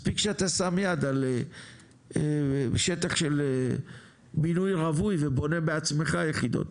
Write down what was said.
מספיק שאתה שם יד על שטח של בינוי רווי ובונה בעצמך יחידות,